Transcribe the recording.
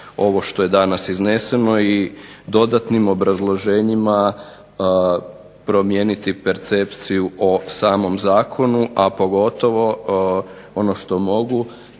ovo što je danas izneseno i dodatnim obrazloženjima promijeniti percepciju o samom zakonu, a pogotovo ono što mogu